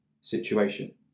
situation